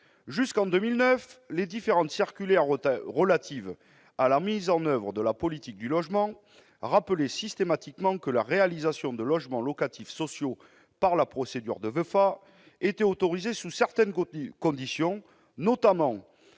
Jusqu'en 2009, les différentes circulaires relatives à la mise en oeuvre de la politique du logement rappelaient systématiquement que la réalisation de logements locatifs sociaux par la procédure de VEFA était autorisée sous certaines conditions, notamment